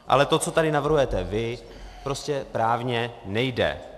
Ale to, co tady navrhujete vy, prostě právně nejde!